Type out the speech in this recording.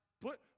put